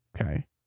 Okay